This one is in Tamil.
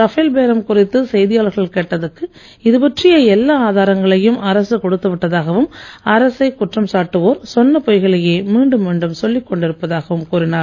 ரபேல் பேரம் செய்தியாளர்கள் கேட்டதற்கு இதுபற்றிய எல்லா குறித்து ஆதாரங்களையும் அரசு கொடுத்து விட்டதாகவும் அரசைக் குற்றம் சாட்டுவோர் சொன்ன பொய்களையே மீண்டும் மீண்டும் சொல்லிக் கொண்டிருப்பதாக கூறினார்